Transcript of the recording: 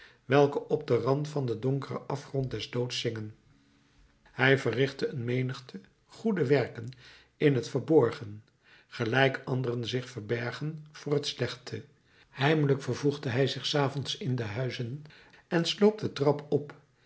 welke op den rand van den donkeren afgrond des doods zingen hij verrichtte een menigte goede werken in t verborgen gelijk anderen zich verbergen voor de slechte heimelijk vervoegde hij zich s avonds in de huizen en sloop de trap op